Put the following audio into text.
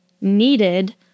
needed